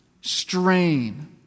strain